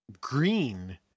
green